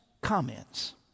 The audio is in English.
comments